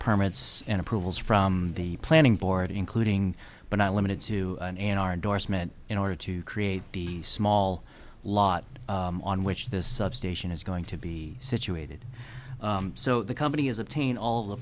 permits and approvals from the planning board including but not limited to an hour indorsement in order to create the small lot on which this substation is going to be situated so the company is obtain all the